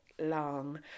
long